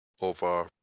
over